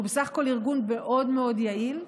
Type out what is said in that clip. שהוא בסך הכול ארגון מאוד מאוד יעיל,